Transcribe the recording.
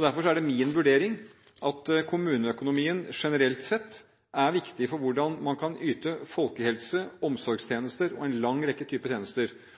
Derfor er det min vurdering at kommuneøkonomien generelt er viktig for hvordan man kan yte folkehelse, omsorgstjenester og en lang rekke type tjenester.